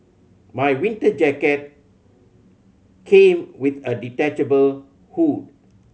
my winter jacket came with a detachable hood